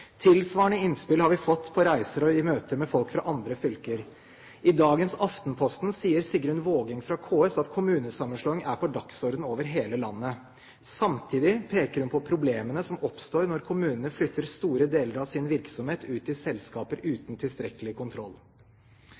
innspill har vi fått på reiser og i møter med folk fra andre fylker. I dagens Aftenposten sier Sigrun Vågeng fra KS at kommunesammenslåing er på dagsordenen i hele landet. Samtidig peker hun på problemene som oppstår når kommuner flytter store deler av sin virksomhet ut i selskaper uten tilstrekkelig kontroll.